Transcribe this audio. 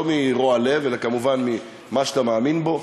לא מרוע לב אלא כמובן ממה שאתה מאמין בו.